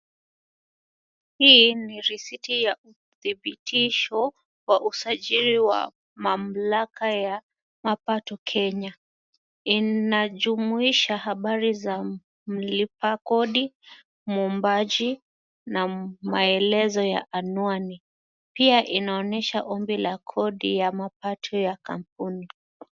Hii ni risiti ya thibitisho, kwa usajili wa mamlaka ya mapato kenya. Inajumuisha habari za mlipa kodi, mwombaji na maelezo ya anwani. Pia inaonesha ombi la kodi ya mapato ya kampuni.